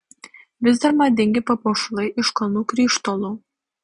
vis dar madingi papuošalai iš kalnų krištolų